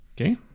Okay